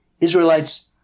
Israelites